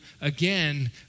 again